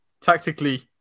tactically